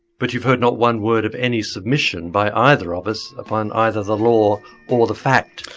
but you've heard not one word of any submission by either of us upon either the law or the fact.